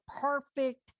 perfect